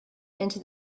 into